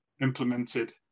implemented